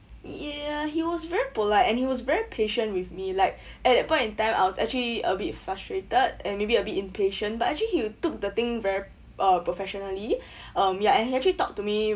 ya he was very polite and he was very patient with me like at that point in time I was actually a bit frustrated and maybe a bit impatient but actually he took the thing very uh professionally um ya and he actually talk to me